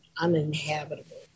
uninhabitable